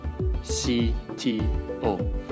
cto